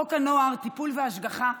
חוק הנוער (טיפול והשגחה)